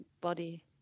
body